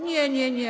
Nie, nie, nie.